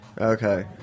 Okay